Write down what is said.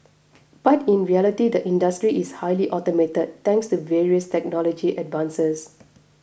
but in reality the industry is highly automated thanks to various technology advances